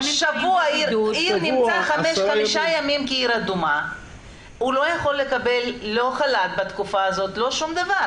העיר נמצאת חמישה ימים כעיר אדומה והוא לא יכול לקבל חל"ת ולא שום דבר,